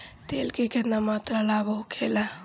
तेल के केतना मात्रा लाभ होखेला?